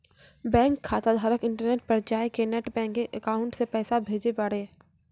bank खाताधारक internet पर जाय कै नेट बैंकिंग अकाउंट से पैसा भेजे पारै